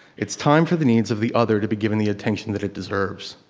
it's time for the needs of the other to be given the attention that it deserves.